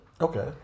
okay